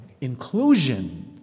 inclusion